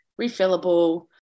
refillable